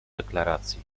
deklaracji